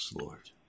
Lord